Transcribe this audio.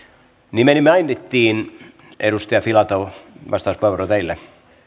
nimenne mainittiin edustaja filatov vastauspuheenvuoro teille